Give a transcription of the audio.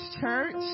Church